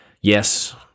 Yes